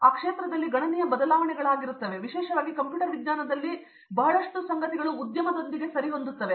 ಆದ್ದರಿಂದ ಕ್ಷೇತ್ರದಲ್ಲಿ ಗಣನೀಯ ಬದಲಾವಣೆಗಳಿವೆ ಮತ್ತು ವಿಶೇಷವಾಗಿ ಕಂಪ್ಯೂಟರ್ ವಿಜ್ಞಾನದಲ್ಲಿ ಬಹಳಷ್ಟು ಸಂಗತಿಗಳು ಉದ್ಯಮದೊಂದಿಗೆ ಹೊಂದಿದೆ